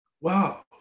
wow